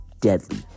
Deadly